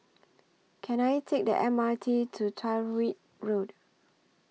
Can I Take The M R T to Tyrwhitt Road